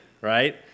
right